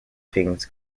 things